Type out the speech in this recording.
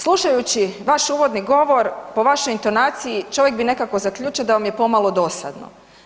Slušajući vaš uvodni govor, po vašoj intonaciji, čovjek bi nekako zaključio da vam je pomalo dosadno.